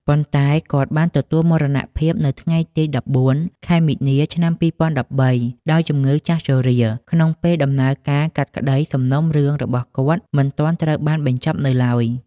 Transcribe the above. ប៉ុន្តែគាត់ បានទទួលមរណភាពនៅថ្ងៃទី១៤ ខែមីនា ឆ្នាំ ២០១៣ ដោយជំងឺចាស់ជរា ក្នុងពេលដំណើរការកាត់ក្តីសំណុំរឿងរបស់គាត់មិន ទាន់ត្រូវបានបញ្ចប់នៅឡើយ ។